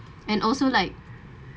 and also like